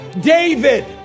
David